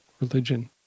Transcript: religion